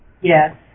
Yes